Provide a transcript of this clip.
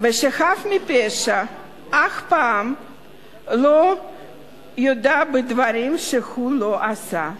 ושחף מפשע אף פעם לא יודה בדברים שהוא לא עשה.